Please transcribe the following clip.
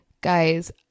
guys